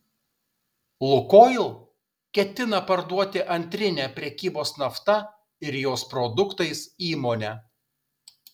lukoil ketina parduoti antrinę prekybos nafta ir jos produktais įmonę